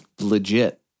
Legit